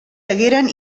hagueren